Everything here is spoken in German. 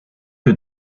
wir